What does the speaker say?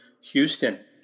Houston